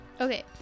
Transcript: okay